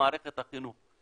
התוכנית למערכת החינוך,